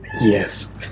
Yes